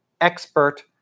expert